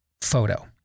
photo